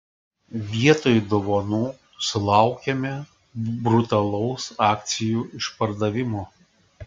vietoj dovanų sulaukėme brutalaus akcijų išpardavimo